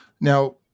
Now